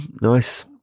Nice